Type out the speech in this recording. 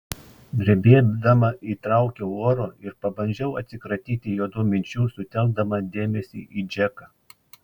drebėdama įtraukiau oro ir pabandžiau atsikratyti juodų minčių sutelkdama dėmesį į džeką